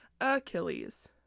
achilles